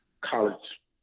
college